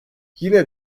yine